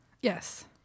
Yes